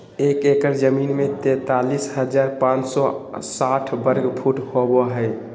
एक एकड़ जमीन में तैंतालीस हजार पांच सौ साठ वर्ग फुट होबो हइ